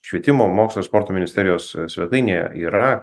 švietimo mokslo ir sporto ministerijos svetainėje yra